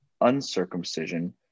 uncircumcision